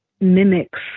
mimics